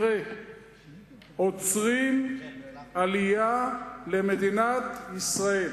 עוצרים עלייה למדינת ישראל.